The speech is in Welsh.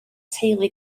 teulu